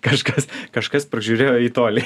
kažkas kažkas pražiūrėjo į tolį